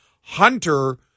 Hunter